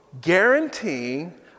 guaranteeing